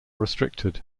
restricted